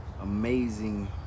amazing